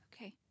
okay